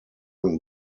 one